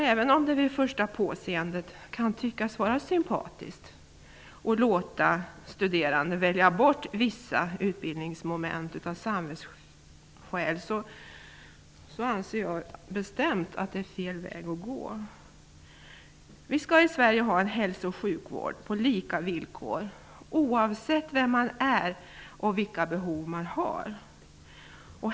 Även om det vid första påseendet kan tyckas vara sympatiskt att låta studerande av samvetsskäl välja bort vissa utbildningsmoment, anser jag bestämt att det är fel väg att gå. I Sverige skall vi ha en hälso och sjukvård på lika villkor oavsett vem man är och vilka behov man har.